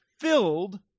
filled